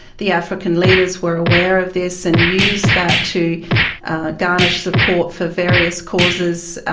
the african leaders were aware of this and used that to garn ah support for various causes.